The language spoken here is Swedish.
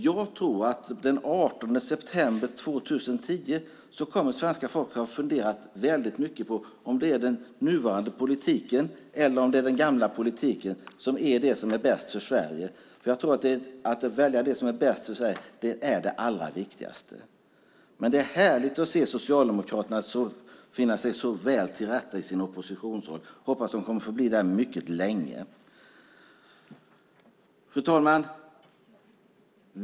Jag tror att den 18 september 2010 kommer svenska folket att ha funderat mycket på om det är den nuvarande eller den gamla politiken som är bäst för Sverige. Att välja det som är bäst för Sverige är viktigast. Det är härligt att se Socialdemokraterna finna sig så väl till rätta i sin oppositionsroll. Jag hoppas att de kommer att förbli där mycket länge. Fru talman!